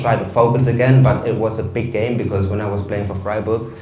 to focus again, but it was a big day because when i was playing for freiburg,